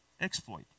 Exploit